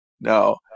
No